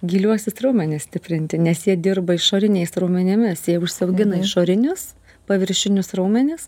giliuosius raumenis stiprinti nes jie dirba išoriniais raumenimis jie užsiaugina išorinius paviršinius raumenis